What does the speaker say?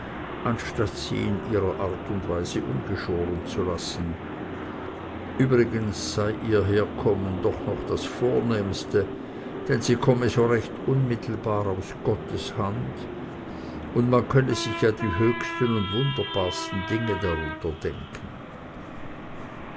anstatt sie in ihrer art und weise ungeschoren zu lassen übrigens sei ihr herkommen doch noch das vornehmste denn sie komme so recht unmittelbar aus gottes hand und man könne sich ja die höchsten und wunderbarsten dinge darunter denken